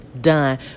done